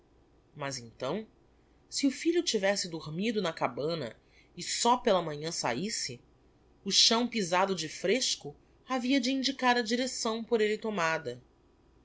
mas então se o filho tivesse dormido na cabana e só pela manhã saísse o chão pisado de fresco havia de indicar a direcção por elle tomada